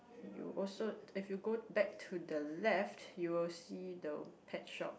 you'll also if you go back to the left you will see the pet shop